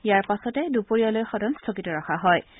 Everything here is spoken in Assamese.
ইয়াৰ পাছতে দুপৰীয়ালৈ সদন স্থগিত ৰখা হ'ব